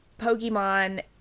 Pokemon